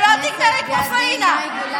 שלא תגמרי כמו פאינה.